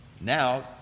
Now